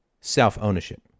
self-ownership